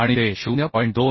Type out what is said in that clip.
आणि ते 0